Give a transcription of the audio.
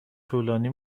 طولانی